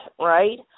right